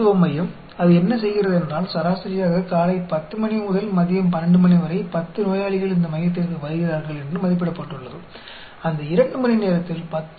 तो एक चिकित्सा केंद्र यह क्या करता है यह अनुमान लगाता है कि औसतन 10 मरीज सुबह 10 से 12 बजे के बीच केंद्र पर आते हैं उस 2 घंटे में 10 रोगी आते हैं